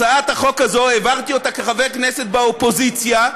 את הצעת החוק הזו העברתי כחבר כנסת באופוזיציה.